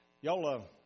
Y'all